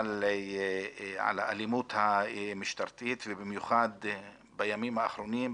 על האלימות המשטרתית ובמיוחד בימים האחרונים,